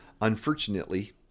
Unfortunately